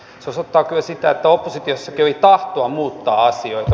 se osoittaa kyllä sitä että oppositiossakin oli tahtoa muuttaa asioita